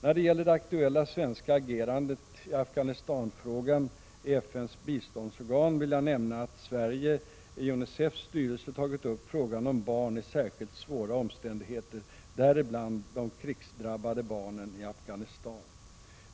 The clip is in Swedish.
När det gäller det aktuella svenska agerandet i Afghanistanfrågan i FN:s biståndsorgan vill jag nämna att Sverige i UNICEF:s styrelse tagit upp frågan om barn i särskilt svåra omständigheter, däribland de krigsdrabbade i Afghanistan.